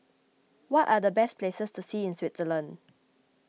what are the best places to see in Switzerland